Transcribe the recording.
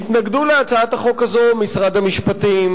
התנגדו להצעת החוק הזאת משרד המשפטים,